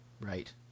Right